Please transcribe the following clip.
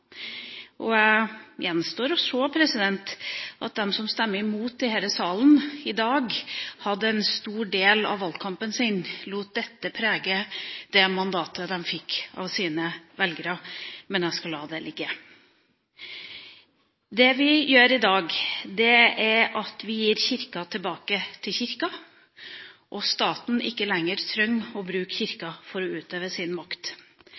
gjenstår å se om de som stemmer imot i denne salen i dag, hadde dette som en stor del av valgkampen sin og lot dette prege det mandatet de fikk av sine velgere, men jeg skal la det ligge. Det vi gjør i dag, er at vi gir Kirka tilbake til Kirka, slik at staten ikke lenger trenger å bruke Kirka for å utøve sin makt.